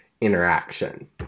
interaction